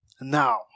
now